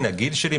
הגיל שלי,